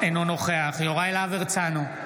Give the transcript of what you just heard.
אינו נוכח יוראי להב הרצנו,